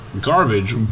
garbage